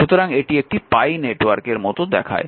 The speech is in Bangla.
সুতরাং এটি একটি পাই নেটওয়ার্কের মতো দেখায়